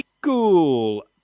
cool